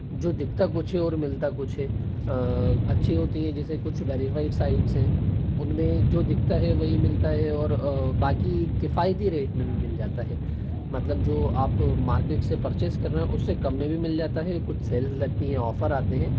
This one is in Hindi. जो दिखता कुछ हे और मिलता कुछ है अच्छी होती हैं जैसे कुछ वेरीफ़ाइड साइट्स हैं उनमें जो दिखता है वही मिलता है और बाकी किफ़ायती रेट में भी मिल जाता हे मतलब जो आप मार्केट से परचेस कर रहे हैं उससे काम में भी मिल जाता है कुछ सेल्स लगती हैं ऑफ़र आते हैं